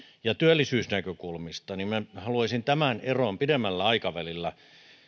ja työllisyysnäkökulmista minä haluaisin tämän eron pidemmällä aikavälillä